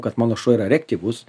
kad mano šuo yra reaktyvus